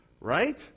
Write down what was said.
Right